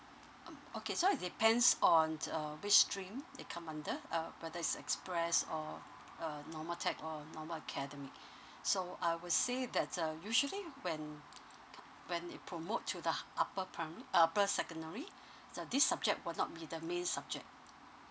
um okay so it's depends on uh which stream it come under uh whether it's express or uh normal tech or normal academic so I would say that uh usually when when it promote to the hi~ upper primary uh upper secondary now this subject will not be the main subject